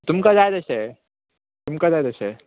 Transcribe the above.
तुमकां जाय तशें तुमकां जाय तशें